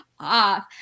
off